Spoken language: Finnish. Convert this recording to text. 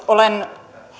olen